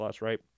right